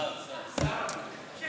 שר, שר, שר.